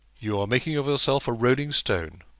you are making of yourself a rolling stone.